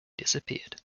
disappeared